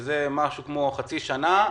שזה כחצי שנה,